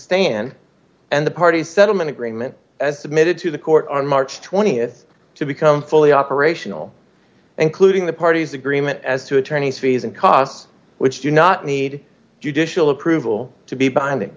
stand and the party settlement agreement as submitted to the court on march th to become fully operational including the parties agreement as to attorneys fees and costs which do not need judicial approval to be binding